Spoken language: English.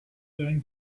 than